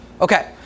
Okay